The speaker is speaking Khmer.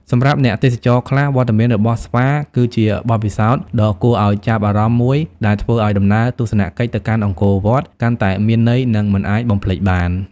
សម្រាប់អ្នកទេសចរខ្លះ វត្តមានរបស់ស្វាគឺជាបទពិសោធន៍ដ៏គួរឱ្យចាប់អារម្មណ៍មួយដែលធ្វើឱ្យដំណើរទស្សនកិច្ចទៅកាន់អង្គរវត្តកាន់តែមានន័យ និងមិនអាចបំភ្លេចបាន។